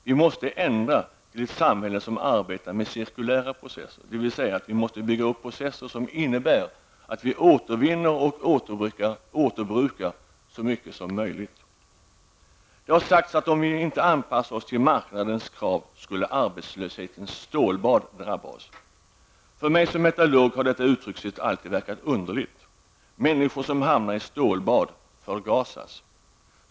Vi måste ändra till ett samhälle som arbetar med cirkulära processer, dvs. vi måste bygga upp processer som innebär att vi återvinner och återbrukar så mycket som möjligt. Det har sagts att om vi inte anpassar oss till marknadens krav, skulle arbetslöshetens stålbad drabba oss. För mig som metallurg har detta uttryckssätt alltid verkat underligt. Människor som hamnar i stålbad förgasas.